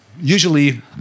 usually